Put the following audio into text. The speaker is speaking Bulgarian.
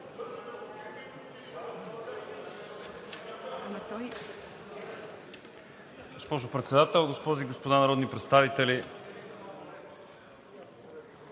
Госпожо Председател, госпожи и господа народни представители!